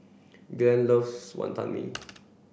Glen loves Wonton Mee